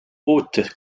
haute